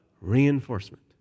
Reinforcement